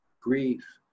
Grief